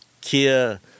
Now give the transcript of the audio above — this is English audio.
Kia